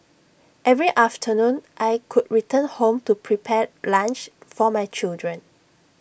every afternoon I could return home to prepare lunch for my children